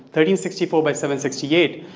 thirteen sixty four by seven sixty eight.